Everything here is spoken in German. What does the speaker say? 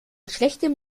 schlechtem